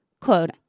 quote